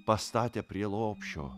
pastatė prie lopšio